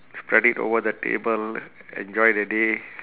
spread it over the table enjoy the day